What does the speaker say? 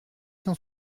cent